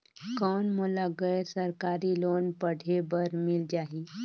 कौन मोला गैर सरकारी लोन पढ़े बर मिल जाहि?